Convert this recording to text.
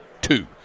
two